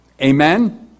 Amen